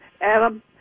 Adam